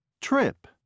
Trip